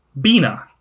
Bina